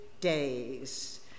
days